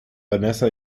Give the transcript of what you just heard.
vanessa